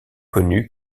connu